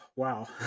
Wow